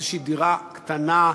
איזושהי דירה קטנה,